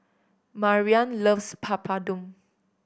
Marian loves Papadum